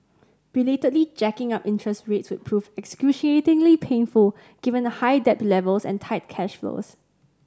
belatedly jacking up interest rates would prove excruciatingly painful given high debt levels and tight cash flows